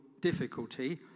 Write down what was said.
difficulty